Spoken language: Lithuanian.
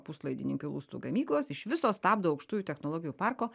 puslaidininkių lustų gamyklos iš viso stabdo aukštųjų technologijų parko